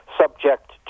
subject